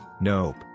Nope